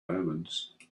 omens